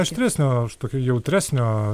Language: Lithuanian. aštresnio ar tokio jautresnio